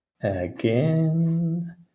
again